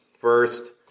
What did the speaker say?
First